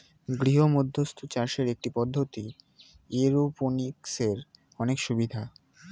গৃহমধ্যস্থ চাষের একটি পদ্ধতি, এরওপনিক্সের অনেক সুবিধা